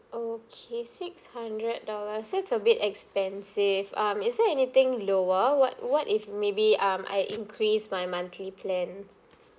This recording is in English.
okay six hundred dollars that's a bit expensive um is there anything lower what what if maybe um I increase my monthly plan